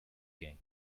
gain